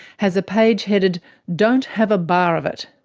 has a page headed don't have a bar of it.